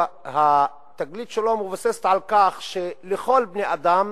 התגלית שלו מבוססת על כך שלכל בני-האדם